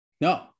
No